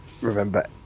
remember